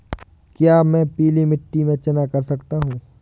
क्या मैं पीली मिट्टी में चना कर सकता हूँ?